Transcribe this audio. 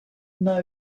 know